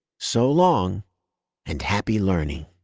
so long and happy learning!